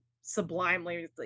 sublimely